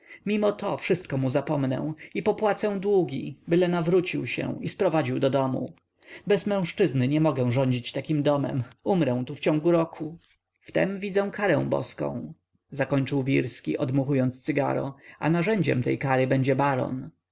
kredyt mimoto wszystko mu zapomnę i popłacę długi byle nawrócił się i sprowadził do domu bez mężczyzny nie mogę rządzić takim domem umrę tu w ciągu roku w tem widzę karę boską zakończył wirski odmuchując cygaro a narzędziem tej kary będzie baron